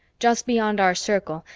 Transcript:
just beyond our circle,